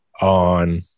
on